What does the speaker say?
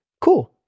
cool